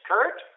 Kurt